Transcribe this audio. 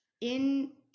in-